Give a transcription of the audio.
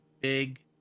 big